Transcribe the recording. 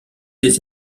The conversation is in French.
des